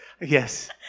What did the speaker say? Yes